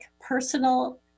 personal